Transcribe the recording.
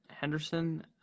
Henderson